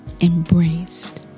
embraced